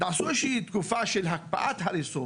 אז הצעתי שיעשו איזושהי תקופה של הקפאת ההריסות,